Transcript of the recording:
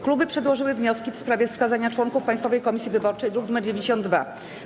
Kluby przedłożyły wnioski w sprawie wskazania członków Państwowej Komisji Wyborczej, druk nr 92.